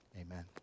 amen